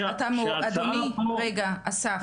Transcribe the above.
אסף,